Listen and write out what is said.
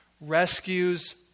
rescues